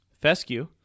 fescue